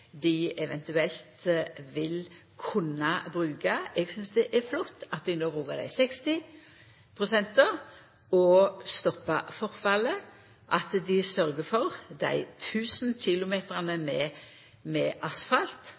dei eventuelt vil kunna bruka. Eg synest det er flott at dei no brukar dei 60 pst. og stoppar forfallet, at dei sørgjer for dei tusen kilometrane med asfalt